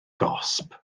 gosb